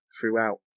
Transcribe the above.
throughout